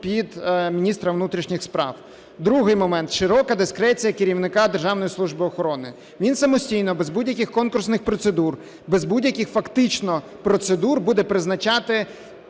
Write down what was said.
під міністра внутрішніх справ. Другий момент – широка дискреція керівника Державної служби охорони. Він самостійно, без будь-яких конкурсних процедур, без будь-яких фактично процедур буде призначати